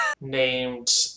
named